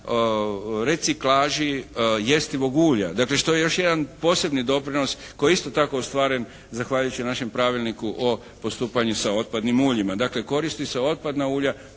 reciklaži jestivog ulja, dakle što je još jedan posebni doprinos koji je isto tako ostvaren zahvaljujući našem Pravilniku o postupanju sa otpadnim uljima. Dakle koristi se otpadna ulja